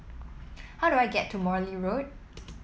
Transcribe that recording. how do I get to Morley Road